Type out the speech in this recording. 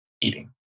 eating